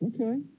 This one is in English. Okay